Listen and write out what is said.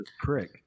prick